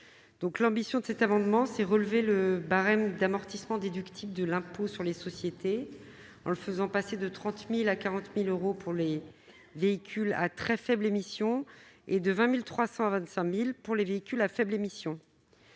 émissions. Il a pour objet de relever le barème d'amortissement déductible de l'impôt sur les sociétés, en le faisant passer de 30 000 euros à 40 000 euros pour les véhicules à très faibles émissions et de 20 300 euros à 25 000 euros pour les véhicules à faibles émissions.